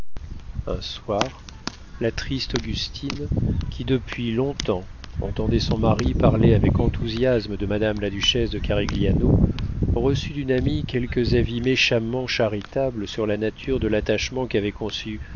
un soir la triste augustine qui depuis longtemps entendait son mari parler avec enthousiasme de madame la duchesse de carigliano reçut d'une amie quelques avis méchamment charitables sur la nature de l'attachement qu'avait conçu